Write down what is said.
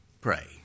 Pray